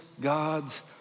God's